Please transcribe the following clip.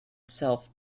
self